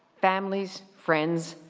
families, friends,